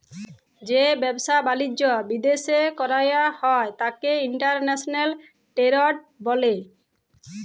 যে ব্যাবসা বালিজ্য বিদ্যাশে কইরা হ্যয় ত্যাকে ইন্টরন্যাশনাল টেরেড ব্যলে